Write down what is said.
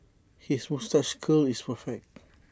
his moustache curl is perfect